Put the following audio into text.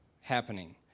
happening